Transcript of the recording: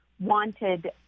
wanted